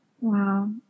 wow